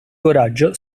coraggio